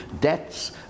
debts